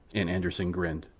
and anderssen grinned.